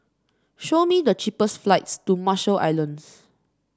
show me the cheapest flights to Marshall Islands